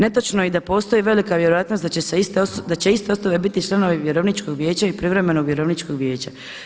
Netočno je i da postoji velika vjerojatnost da će iste osobe biti članovi vjerovničkog vijeća i privremenog vjerovničkog vijeća.